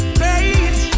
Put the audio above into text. great